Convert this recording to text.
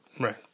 Right